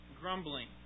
grumbling